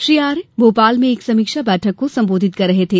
श्री आर्य भोपाल में एक समीक्षा बैठक को संबोधित कर रहे थे